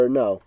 no